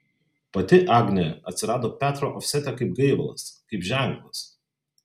pati agnė atsirado petro ofsete kaip gaivalas kaip ženklas